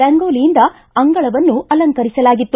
ರಂಗೋಲಿಯಿಂದ ಅಂಗಳವನ್ನು ಅಲಂಕರಿಸಲಾಗಿತ್ತು